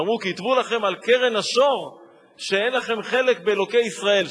שאמרו: כתבו לכם על קרן השור שאין לכם חלק באלוקי ישראל.